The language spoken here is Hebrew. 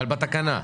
אבל בתקנה.